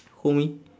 homie